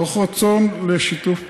מתוך רצון לשיתוף פעולה,